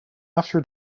after